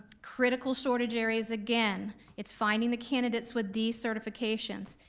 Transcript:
critical shortage areas, again, it's finding the candidates with these certifications,